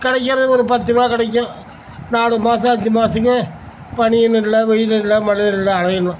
கிடைக்கிறது ஒரு பத்து ரூபா கிடைக்கும் நாலு மாசம் அஞ்சு மாசத்துக்கு பனின்னு இல்லை வெயில் இல்லை மழை இல்லை அலையணும்